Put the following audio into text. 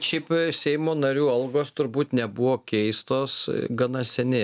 šiaip seimo narių algos turbūt nebuvo keistos gana seniai